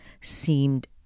seemed